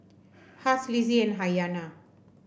Huy Lizzie and Ayanna